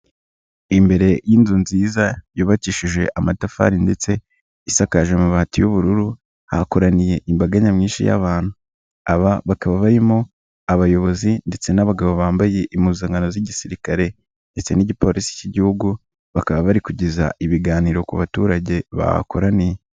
Imbere y'inzu nziza yubakishije amatafari ndetse isakaje amabati y'ubururu, hakoraniye imbaga nyamwinshi y'abantu. Aba bakaba barimo abayobozi ndetse n'abagabo bambaye impuzankano z'igisirikare ndetse n'igipolisi k'igihugu, bakaba bari kugeza ibiganiro ku baturage bakoraniye.